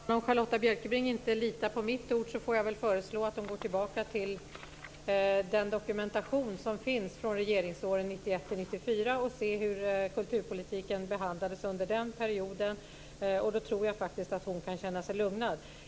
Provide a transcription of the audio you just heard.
Fru talman! Om Charlotta Bjälkebring inte litar på mitt ord får jag föreslå att hon går tillbaka till den dokumentation som finns från regeringsåren 1991 1994 och ser hur kulturpolitiken behandlades under den perioden. Då tror jag faktiskt att hon kan känna sig lugnad.